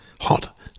Hot